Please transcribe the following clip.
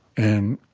and